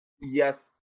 Yes